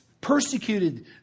persecuted